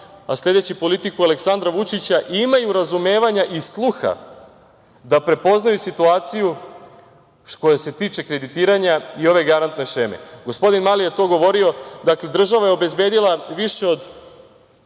a sledeći politiku Aleksandra Vučića, imaju razumevanja i sluha da prepoznaju situaciju koja se tiče kreditiranja i ove garantne šeme. Gospodin Mali je to govorio, država je obezbedila više od